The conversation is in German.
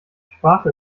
sprache